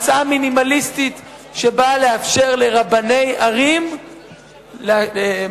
הצעה מינימליסטית שבאה לאפשר לרבני ערים לגייר.